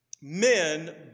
men